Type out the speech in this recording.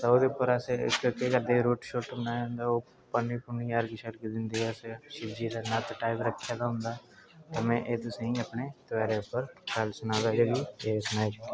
ता ओह्दे उप्पर अस केह् करदे रुट्ट शुट्ट बनांदे पानी पूनी अर्घ शर्घ दिंदे अस जिसलै नत्त टाइप रक्खे दा होंदा में एह् तुसें ई अपने ध्यारें उप्पर गल्ल सना दा जी